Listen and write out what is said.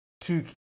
two